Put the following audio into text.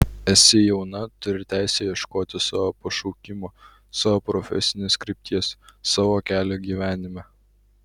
esi jauna turi teisę ieškoti savo pašaukimo savo profesinės krypties savo kelio gyvenime